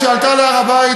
כשעלתה להר-הבית,